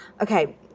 okay